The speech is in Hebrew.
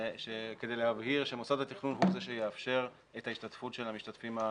כדי להבהיר שמוסד התכנון הוא זה שיאפשר את ההשתתפות של המשתתפים.